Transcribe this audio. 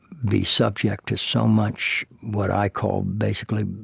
be subject to so much what i call, basically,